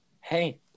Hey